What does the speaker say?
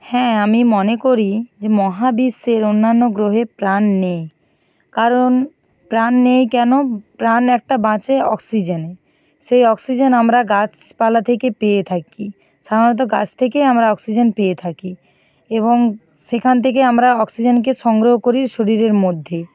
হ্যাঁ আমি মনে করি যে মহাবিশ্বের অন্যান্য গ্রহে প্রাণ নেই কারণ প্রাণ নেই কেন প্রাণ একটা বাঁচে অক্সিজেনে সেই অক্সিজেন আমরা গাছপালা থেকে পেয়ে থাকি সাধারণত গাছ থেকেই আমরা অক্সিজেন পেয়ে থাকি এবং সেখান থেকে আমরা অক্সিজেনকে সংগ্রহ করি শরীরের মধ্যেই